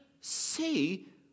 see